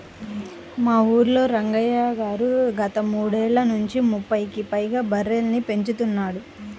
మా ఊల్లో రంగయ్య గారు గత మూడేళ్ళ నుంచి ముప్పైకి పైగా బర్రెలని పెంచుతున్నాడు